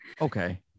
okay